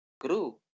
grew